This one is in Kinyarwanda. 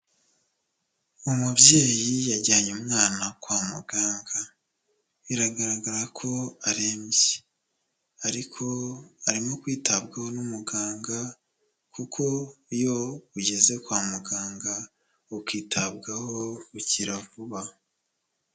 Umubyeyi yajyanye umwana kwa muganga biragaragara ko arembye. Ariko arimo kwitabwaho n'umuganga kuko iyo ugeze kwa muganga ukitabwaho ukira vuba.